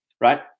right